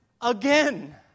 again